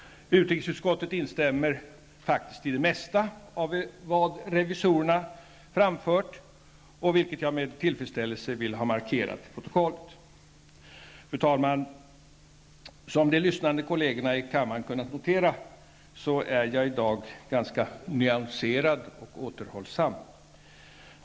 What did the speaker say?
Utrikesutskottet instämmer faktiskt i det mesta av vad revisorerna har framfört, vilket jag med tillfredsställelse vill ha markerat till protokollet. Fru talman! Som de lyssnande kollegerna i kammaren kunnat notera, är jag i dag ganska nyanserad och återhållsam.